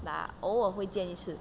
but 偶尔会见一次